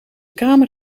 kamer